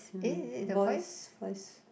mm voice voice